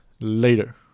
Later